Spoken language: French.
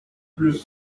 les